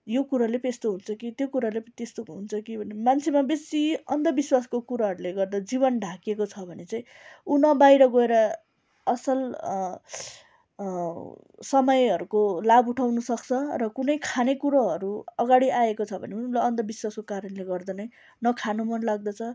यो कुराले पो यस्तो हुन्छ कि त्यो कुराले पो त्यस्तो हुन्छ कि भन्ने मान्छेमा बेसी अन्धविश्वासको कुराहरूले गर्दा जीवन ढाकेको छ भने चाहिँ उ न बाहिर गएर असल समयहरूको लाभ उठाउनु सक्छ र कुनै खाने कुरोहरू अगाडि आएको छ भने पनि ल अन्धविश्वासको कारणले गर्दा नै न खानु मन लाग्दछ